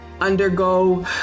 undergo